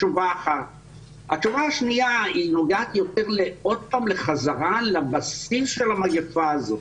התשובה השנייה נוגעת יותר לחזרה לבסיס של המגיפה הזאת.